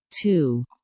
two